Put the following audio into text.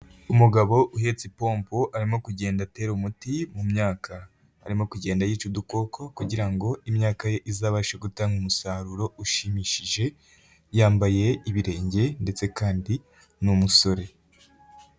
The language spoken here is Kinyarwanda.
Umugabo uhetse ipombo arimo kugenda atera umuti mu myaka, arimo kugenda yica udukoko kugira ngo imyaka ye izabashe gutanga umusaruro ushimishije, yambaye ibirenge ndetse kandi n'umusore.